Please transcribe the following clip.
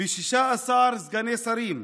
ו-16 סגני שרים,